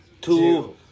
two